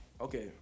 okay